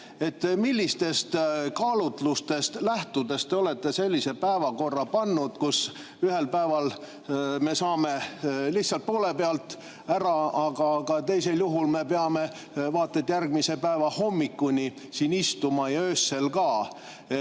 30. Millistest kaalutlustest lähtudes te olete sellise päevakorra teinud, kus ühel päeval me saame lihtsalt poole pealt ära, aga teisel juhul me peame vaata et järgmise päeva hommikuni siin istuma, ja öösel ka?